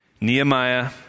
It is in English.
Nehemiah